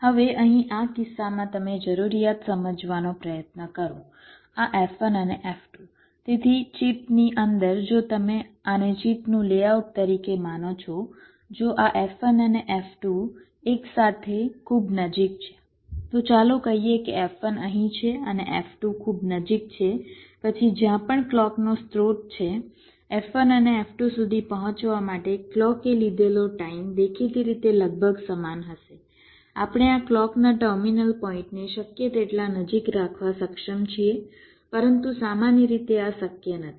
હવે અહીં આ કિસ્સામાં તમે જરૂરિયાત સમજવાનો પ્રયત્ન કરો આ F1 અને F2 તેથી ચિપની અંદર જો તમે આને ચિપનું લેઆઉટ તરીકે માનો છો જો આ F1 અને F2 એકસાથે ખૂબ નજીક છે તો ચાલો કહીએ કે F1 અહીં છે અને F2 ખૂબ નજીક છે પછી જ્યાં પણ ક્લૉકનો સ્રોત છે F1 અને F2 સુધી પહોંચવા માટે ક્લૉક એ લીધેલો ટાઇમ દેખીતી રીતે લગભગ સમાન હશે આપણે આ ક્લૉકના ટર્મિનલ પોઇન્ટને શક્ય તેટલા નજીક રાખવા સક્ષમ છીએ પરંતુ સામાન્ય રીતે આ શક્ય નથી